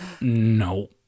no